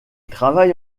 travaille